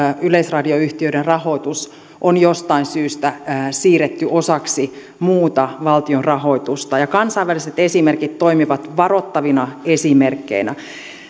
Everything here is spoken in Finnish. yleisradioyhtiöiden rahoitus on jostain syystä siirretty osaksi muuta valtion rahoitusta kansainväliset esimerkit toimivat varoittavina esimerkkeinä